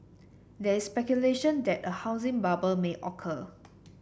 there is speculation that a housing bubble may occur